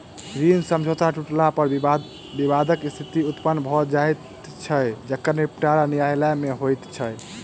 ऋण समझौता टुटला पर विवादक स्थिति उत्पन्न भ जाइत छै जकर निबटारा न्यायालय मे होइत छै